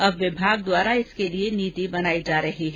अब विभाग द्वारा इसके लिए नीति बनायी जा रही है